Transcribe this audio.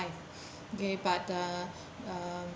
okay but uh uh